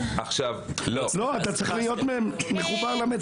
אתה צריך להיות מחובר למציאות.